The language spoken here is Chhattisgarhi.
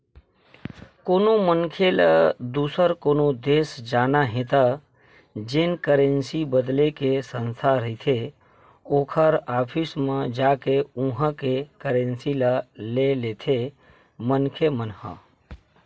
कोनो मनखे ल दुसर कोनो देस जाना हे त जेन करेंसी बदले के संस्था रहिथे ओखर ऑफिस म जाके उहाँ के करेंसी ल ले लेथे मनखे मन ह